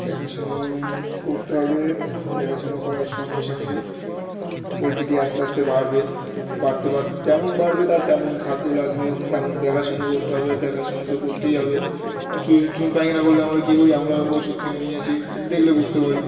দেখাশুনো করতে হবে দেখাশুনো করার সঙ্গে সঙ্গে পোলট্রিটি আস্তে আস্তে বাড়বে বাড়তে বাড়তে যেমন বাড়বে তার তেমন খাদ্য লাগবে তেমন দেখাশুনো করতে হবে দেখাশুনো তো করতেই হবে চুন চুন পায়খানা করলে আমরা কী করি আমরা ওষুধ কিনে নিয়ে আসি দেখলে বুঝতে পারি